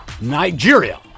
Nigeria